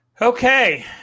Okay